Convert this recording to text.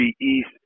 East